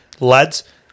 lads